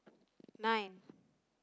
nine